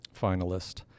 finalist